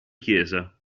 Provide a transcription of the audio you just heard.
chiesa